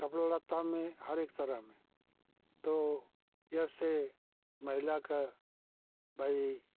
कपड़ा लत्ता में हर एक तरह में तो ऐसे महिला का भाई